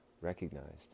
recognized